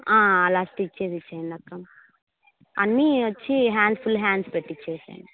అలా స్టిచ్ చేసి ఇవ్వండి అక్క అన్నీ వచ్చి హ్యాండ్స్ ఫుల్ హ్యాండ్స్ పెట్టి ఇవ్వండి